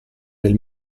del